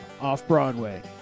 Off-Broadway